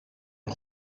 een